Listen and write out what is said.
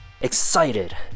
excited